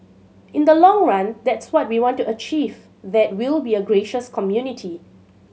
in the long run that's what we want to achieve that we'll be a gracious community